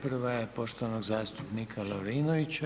Prva je poštovanog zastupnika Lovrinovića.